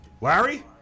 larry